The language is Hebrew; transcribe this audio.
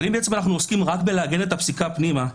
אבל אם אנחנו עוסקים רק בעיגון הפסיקה פנימה,